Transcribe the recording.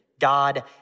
God